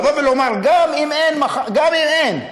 לומר: גם אם אין,